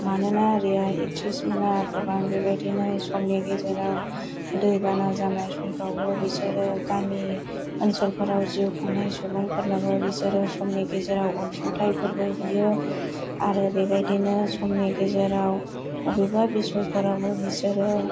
मानोना रिया एकट्रिस मोना गोबां बिबादिनो समनि गेजेराव दैबाना जानाय समफ्रावबो बिसोरो गामि ओनसोलफोराव जिउखांनाय सुबुंफोरनोबो बिसोरो समनि गेजेराव आनसुंथाइफोरबो हैयो आरो बिबादिनो समनि गेजेराव अबेबा बिसयफोरावबो बिसोरो